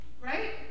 right